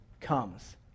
comes